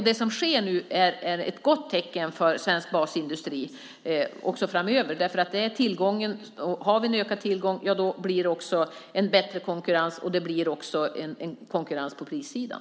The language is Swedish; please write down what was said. Det som sker nu är ett gott tecken för basindustrin även framöver. Ökar tillgången blir det också en bättre konkurrens på prissidan.